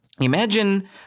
Imagine